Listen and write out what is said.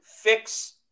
fix